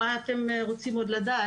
מה עוד אתם רוצים לדעת?